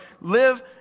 live